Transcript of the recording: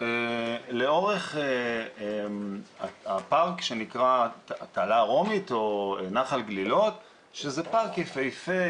תקועים לאורך הפארק שנקרא 'התעלה הרומית' או נחל גלילות שזה פארק יפהפה,